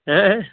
ಹಾಂ